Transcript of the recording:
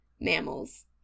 mammals